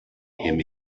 him